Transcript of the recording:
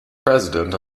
president